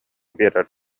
биэрэр